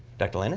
dr. landon?